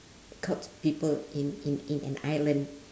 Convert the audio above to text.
cult people in in in an island